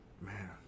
Man